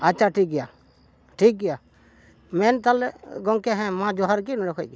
ᱟᱪᱪᱷᱟ ᱴᱷᱤᱠ ᱜᱮᱭᱟ ᱴᱷᱤᱠ ᱜᱮᱭᱟ ᱢᱮᱱ ᱛᱟᱦᱚᱞᱮ ᱜᱚᱢᱠᱮ ᱦᱮᱸ ᱢᱟ ᱡᱚᱦᱟᱨ ᱜᱮ ᱱᱚᱸᱰᱮ ᱠᱷᱚᱱ ᱜᱮ